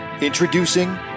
Introducing